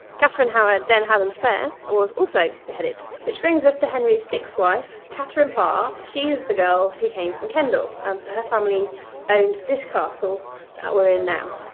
catherine howard then had an affair and was also beheaded. which brings us to henry's sixth wife, katherine parr. she's the girl who came from kendal, um so her family owned this castle that we are in now.